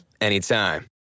anytime